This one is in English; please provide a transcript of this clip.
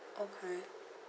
okay